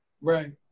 Right